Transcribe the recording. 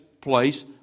place